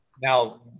Now